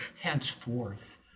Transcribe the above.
henceforth